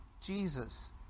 Jesus